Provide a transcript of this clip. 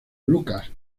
lucas